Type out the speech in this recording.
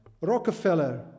Rockefeller